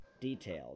detailed